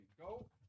Go